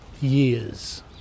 years